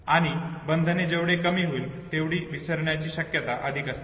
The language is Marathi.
आणि बंधन जेवढे कमी होईल तेवढी माहिती विसरण्याची शक्यता अधिक असते